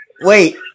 wait